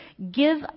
Give